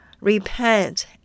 Repent